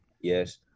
yes